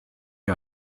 wie